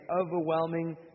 overwhelming